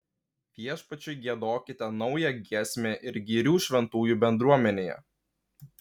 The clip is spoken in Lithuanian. viešpačiui giedokite naują giesmę ir gyrių šventųjų bendruomenėje